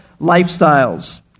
lifestyles